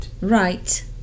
Right